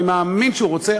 אני מאמין שהוא רוצה,